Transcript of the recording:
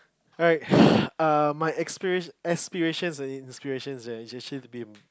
alright err my expira~ aspiration is actually to be a